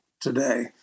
today